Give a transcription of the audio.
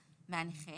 מהנכה